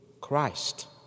Christ